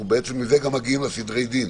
מגיעים לסדרי הדין.